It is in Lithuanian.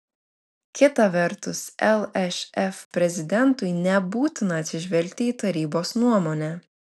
kita vertus lšf prezidentui nebūtina atsižvelgti į tarybos nuomonę